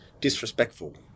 disrespectful